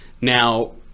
Now